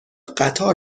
قطار